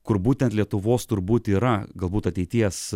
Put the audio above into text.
kur būtent lietuvos turbūt yra galbūt ateities